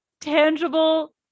tangible